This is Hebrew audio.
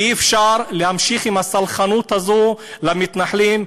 אי-אפשר להמשיך עם הסלחנות הזו למתנחלים.